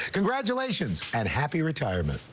congratulations and happy retirement.